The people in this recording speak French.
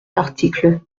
l’article